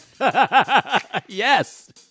Yes